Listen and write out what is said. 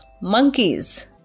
monkeys